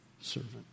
servant